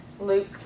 Luke